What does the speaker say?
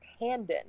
Tandon